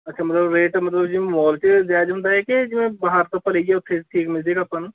ਅੱਛਾ ਮਤਲਬ ਰੇਟ ਮਤਲਬ ਜਿਵੇਂ ਮੋਲ 'ਚ ਜੈਜ ਹੁੰਦਾ ਏ ਕਿ ਜਿਵੇਂ ਬਾਹਰ ਤੋਂ ਆਪਾਂ ਲਈਏ ਉੱਥੇ ਠੀਕ ਮਿਲ ਜੇਗਾ ਆਪਾਂ ਨੂੰ